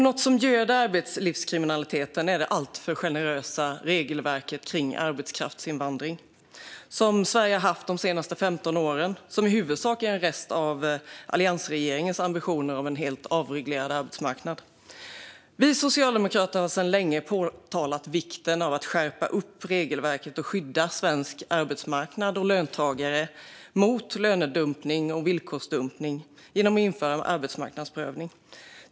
Något som göder arbetslivskriminaliteten är det alltför generösa regelverk kring arbetskraftsinvandring som Sverige har haft de senaste 15 åren och som i huvudsak är en rest av alliansregeringens visioner om en helt avreglerad arbetsmarknad. Vi socialdemokrater har sedan länge påpekat vikten av att skärpa regelverket och skydda svensk arbetsmarknad och löntagare mot lönedumpning och villkorsdumpning genom införande av arbetsmarknadsprövning.